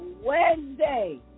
Wednesday